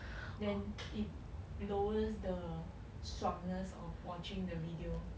then it lowers the 爽ness of watching the video